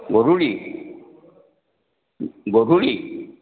গধূলি গধূলি